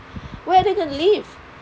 where are they going to live